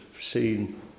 seen